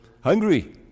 hungry